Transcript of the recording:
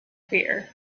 fear